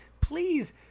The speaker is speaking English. Please